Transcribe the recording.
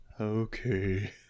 Okay